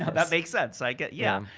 but that makes sense, i get, yeah.